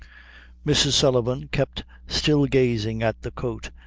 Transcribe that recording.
mrs. sullivan kept still gazing at the coat,